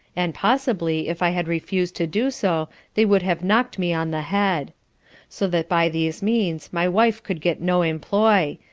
and, possibly, if i had refused to do so they would have knock'd me on the head so that by these means my wife could get no employ,